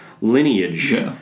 lineage